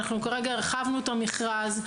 אנחנו כרגע הרחבנו את המכרז,